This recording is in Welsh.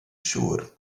siŵr